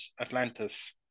Atlantis